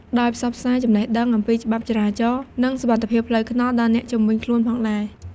ដោយផ្សព្វផ្សាយចំណេះដឹង អំពីច្បាប់ចរាចរណ៍ និងសុវត្ថិភាពផ្លូវថ្នល់ដល់អ្នកជុំវិញខ្លួនផងដែរ។